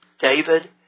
David